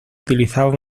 utilizaba